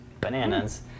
bananas